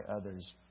others